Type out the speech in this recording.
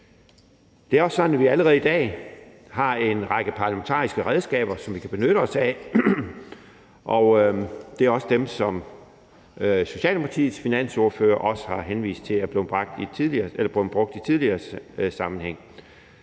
Det er også sådan, at vi allerede i dag har en række parlamentariske redskaber, som vi kan benytte os af, og det er også dem, som Socialdemokratiets finansordfører har henvist til er blevet brugt i tidligere sammenhænge.